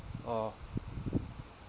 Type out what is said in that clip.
orh